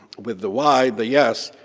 with the y, the yes,